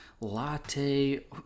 latte